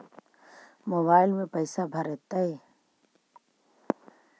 Mobile में पैसा भरैतैय?